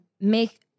make